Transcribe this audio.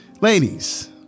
Ladies